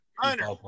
Hunter